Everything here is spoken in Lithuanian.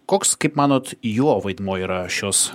koks kaip manot jo vaidmuo yra šios